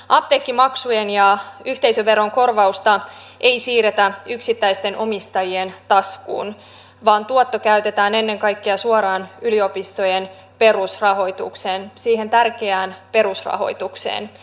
apteekkimaksujen ja yhteisöveron korvausta ei siirretä yksittäisten omistajien taskuun vaan tuotto käytetään ennen kaikkea suoraan yliopistojen perusrahoitukseen siihen tärkeään perusrahoitukseen